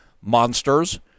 monsters